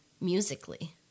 musically